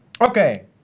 Okay